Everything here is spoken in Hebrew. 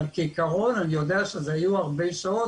אבל כעיקרון אני יודע שזה היה הרבה שעות